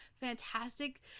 fantastic